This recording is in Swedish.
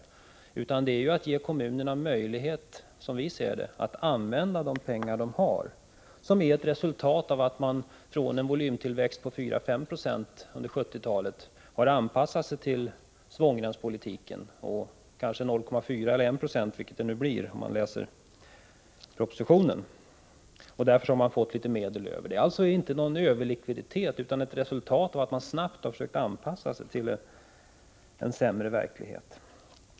Det är i stället fråga om att ge kommunerna möjlighet, som vi ser det, att använda de pengar som de har fått över och som är ett resultat av att man från en volymtillväxt på 4-5 96 på 1970-talet har anpassat sig till svångremspolitiken och nu har en tillväxt på 0,4 eller 1 96, vilket det nu blir enligt propositionen. Därför har man fått litet medel över. Det är alltså inte någon överlikviditet, utan ett resultat av att man snabbt har försökt anpassa sig till en sämre verklighet.